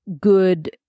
good